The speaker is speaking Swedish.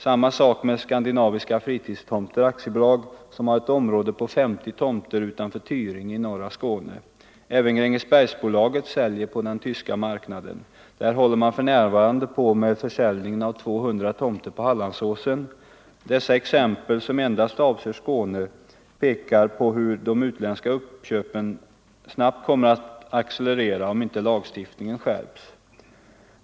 Samma sak med Skandinaviska Fritidstomter AB, som har ett område på 50 tomter utanför Tyringe i norra Skåne. Även Grängesbergsbolaget säljer på den tyska marknaden. Där håller man för närvarande på med försäljningen av 200 tomter på Hallandsåsen. Dessa exempel som endast avser Skåne pekar på hur de utländska uppköpen snabbt kommer att accelerera om inte lagstiftningen skärps.